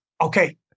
Okay